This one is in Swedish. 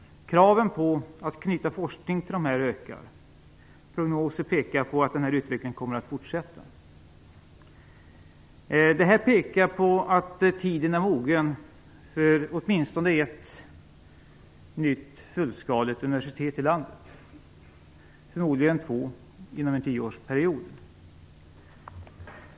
Kraven på att knyta forskning till dessa ökar. Prognoser pekar på att denna utveckling kommer att fortsätta. Det pekar på att tiden är mogen för åtminstone ett nytt fullskaligt universitet i landet - förmodligen två - inom en tioårsperiod.